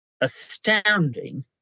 astounding